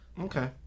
okay